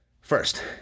First